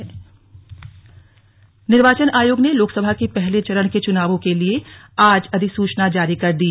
slug अधिसूचना जारी निर्वाचन आयोग ने लोकसभा के पहले चरण के चुनावों के लिए आज अधि सूचना जारी कर दी